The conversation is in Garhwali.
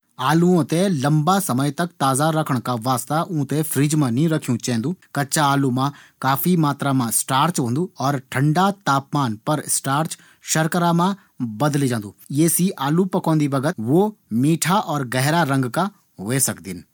मांस थें संग्रहित करन कू सबसे आसान तरीका च कि विथें फ्रीज मा रखै जौ। मांस कई महीनों तक फ्रीज़ मा सुरक्षित रै सकदू। येका अलावा दूसरु पारम्परिक तरीका यू च कि मांस थें सूखेक रखे जौ। और विकू सेवन तब करै जौ ज़ब मौसम अत्यधिक ठंडू हो या मांस की उपलब्धता कम हो।